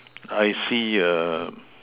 I see a